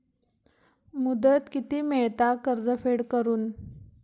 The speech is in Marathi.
मुदत किती मेळता कर्ज फेड करून?